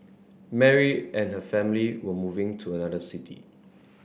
Mary and her family were moving to another city